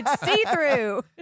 see-through